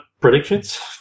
Predictions